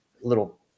little